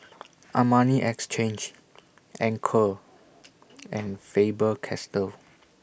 Armani Exchange Anchor and Faber Castell